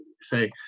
say